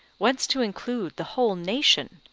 whence to include the whole nation,